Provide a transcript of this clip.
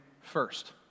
first